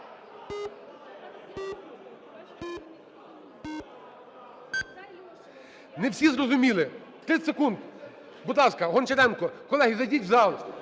Не всі зрозуміли. 30 секунд, будь ласка, Гончаренко. Колеги, зайдіть в зал.